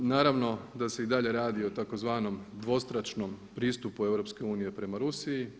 Naravno da se i dalje radi o tzv. dvostračnom pristupu EU prema Rusiji.